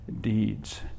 deeds